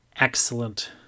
Excellent